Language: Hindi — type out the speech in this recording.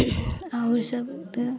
आ उर्र सब